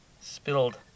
spilled